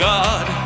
God